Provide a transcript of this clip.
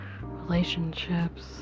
relationships